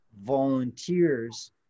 volunteers